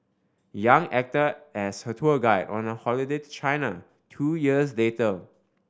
Yang acted as her tour guide on a holiday to China two years later